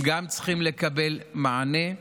גם הם צריכים לקבל מענה,